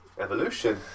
Evolution